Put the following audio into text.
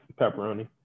Pepperoni